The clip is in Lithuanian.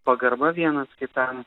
pagarba vienas kitam